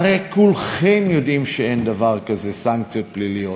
הרי כולכם יודעים שאין דבר כזה "סנקציות פליליות".